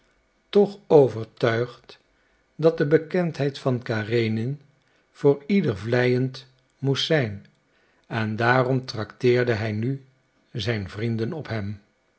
toch overtuigd dat de bekendheid met karenin voor ieder vleiend moest zijn en daarom tracteerde hij nu zijn vrienden op hem